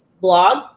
blog